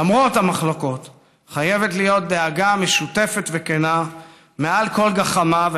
למרות המחלוקות חייבת להיות דאגה משותפת וכנה מעל כל גחמה.